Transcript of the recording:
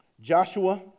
Joshua